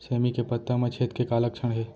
सेमी के पत्ता म छेद के का लक्षण हे?